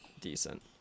decent